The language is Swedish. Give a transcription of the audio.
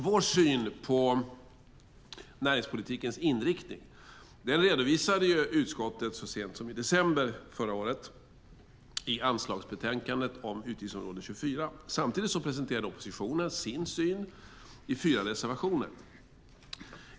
Vår syn på näringspolitikens inriktning redovisade utskottet så sent som i december förra året i anslagsbetänkandet om utgiftsområde 24. Samtidigt presenterade oppositionen sin syn i fyra reservationer.